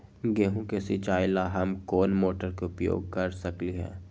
गेंहू के सिचाई ला हम कोंन मोटर के उपयोग कर सकली ह?